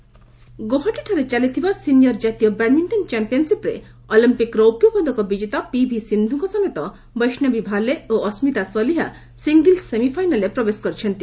badminton ଗୌହାଟୀଠାରେ ଚାଲିଥିବା senior ଜାତୀୟ ବ୍ୟାଡମିଣ୍ଟନ ଚାମ୍ପିୟନସିପର ଅଲିମ୍ପିକ ରୌପ୍ୟ ପଦକ ବିଜେତା ପିଭି ସିନ୍ଧୁଙ୍କ ସମେତ ବୈଷ୍ଣବ ଭାଲେ ଓ ଅସ୍କିତା ଚାଲିହା ସିଙ୍ଗଲ୍ସ ସେମିଫାଇନାଲରେ ପ୍ରବେଶ କରିଛନ୍ତି